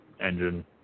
engine